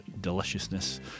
Deliciousness